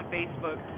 Facebook